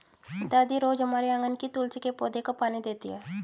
दादी रोज हमारे आँगन के तुलसी के पौधे को पानी देती हैं